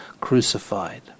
crucified